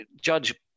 judge